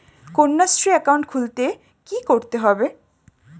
Kanyashree account খুলতে কী করতে হবে?